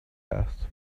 asked